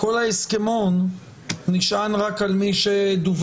כל ההסכמון נשען רק על מי שדווח.